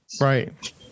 Right